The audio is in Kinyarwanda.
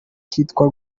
kitwa